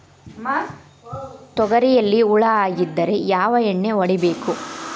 ತೊಗರಿಯಲ್ಲಿ ಹುಳ ಆಗಿದ್ದರೆ ಯಾವ ಎಣ್ಣೆ ಹೊಡಿಬೇಕು?